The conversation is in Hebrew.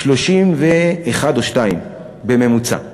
31 או 32. בממוצע.